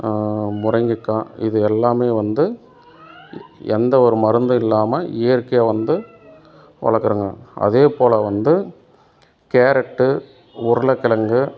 முருங்கிக்கா இது எல்லாமே வந்து எந்த ஒரு மருந்தும் இல்லாமல் இயற்கையாக வந்து வளர்க்குறாங்க அதே போல் வந்து கேரட்டு உருளைக் கிழங்கு